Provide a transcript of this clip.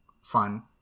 fun